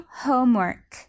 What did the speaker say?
homework